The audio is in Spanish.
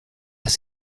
las